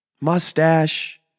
mustache